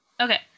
Okay